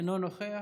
אינו נוכח.